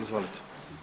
Izvolite.